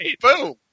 Boom